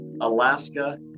Alaska